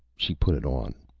she put it on.